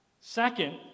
Second